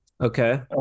okay